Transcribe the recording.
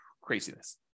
craziness